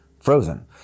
frozen